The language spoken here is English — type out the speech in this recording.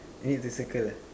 you need to circle that